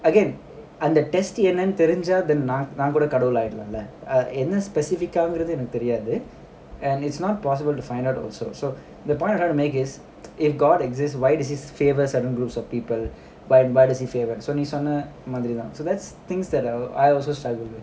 again அந்த:antha test என்னனுதெரிஞ்சாநான்கூடகடவுள்ஆகிடலாம்லஎன்ன:ennanu thericha naan kuda kadavul akidamlaenna specific ங்கறதுஎனக்குதெரியாது:garadhu enakku theriyadhu and it's not possible to find out also so the point I'm trying to make is if god exists why does he favour certain groups of people wh~ why does he favour நீசொன்னமாதிரிதான்:ni sonna mathirithan so that's things that err I also struggle with